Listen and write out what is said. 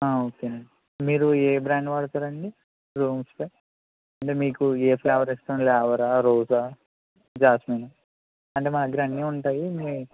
okay అండి మీరు ఏ బ్రాండ్ వాడుతారండి రూమ్ స్ప్రే అంటే మీకు ఏ ఫ్లేవర్ ఇష్టం లావండర్ రోజా జాస్మిన్ అంటే మా దగ్గర అన్ని ఉంటాయి